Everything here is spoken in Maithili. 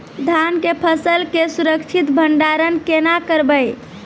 धान के फसल के सुरक्षित भंडारण केना करबै?